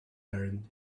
wearing